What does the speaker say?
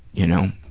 you know.